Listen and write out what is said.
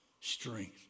strength